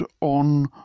on